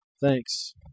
Thanks